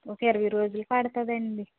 ఒక ఇరవై రోజులు పడుతుంది అండి